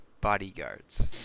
bodyguards